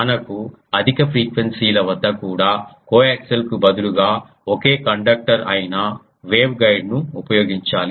మనకు అధిక ఫ్రీక్వెన్సీ ల వద్ద కూడా కోయాక్సియల్ కు బదులుగా ఒకే కండక్టర్ అయిన వేవ్గైడ్ను ఉపయోగించాలి